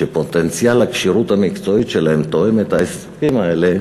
שפוטנציאל הכשירות המקצועית שלהם תואם את של אלה,